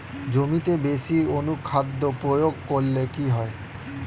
জমিতে বেশি অনুখাদ্য প্রয়োগ করলে কি হয়?